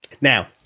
now